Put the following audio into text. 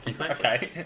Okay